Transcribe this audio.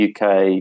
UK